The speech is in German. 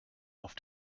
auf